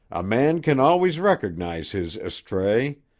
a man can always recognize his estray,